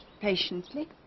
patiently